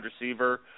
receiver